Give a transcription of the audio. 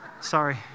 Sorry